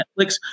Netflix